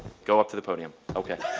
go up to the podium, okay.